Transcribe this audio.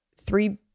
three